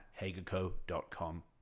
HagerCo.com